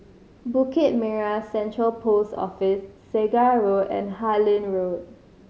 Bukit Merah Central Post Office Segar Road and Harlyn Road